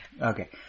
okay